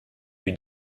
lui